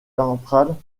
ventrale